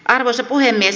arvoisa puhemies